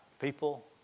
People